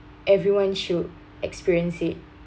everyone should experience it